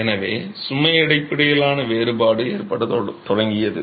எனவே சுமை அடிப்படையிலான வேறுபாடு ஏற்படத் தொடங்கியது